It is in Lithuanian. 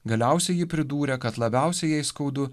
galiausiai ji pridūrė kad labiausiai jai skaudu